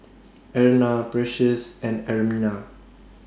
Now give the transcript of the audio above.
Erna Precious and Ermina